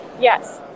Yes